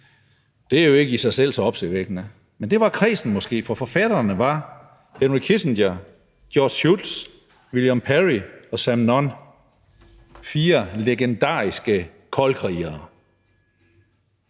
Det er jo ikke i sig selv så opsigtsvækkende, men det var kredsen af forfattere måske, for forfatterne var Henry Kissinger, George Shultz, William Perry og Sam Nunn – fire legendariske koldkrigere.